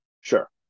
sure